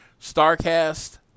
Starcast